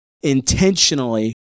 intentionally